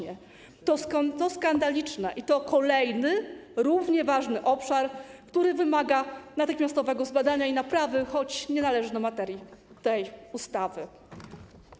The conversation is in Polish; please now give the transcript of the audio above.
Jest to skandaliczne i to kolejny równie ważny obszar, który wymaga natychmiastowego zbadania i naprawy, choć nie należy do materii tej ustawy.